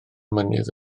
mynydd